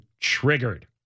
triggered